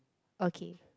okay